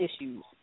issues